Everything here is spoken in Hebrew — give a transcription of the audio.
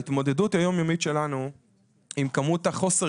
ההתמודדות היום-יומית שלנו עם כמות חוסר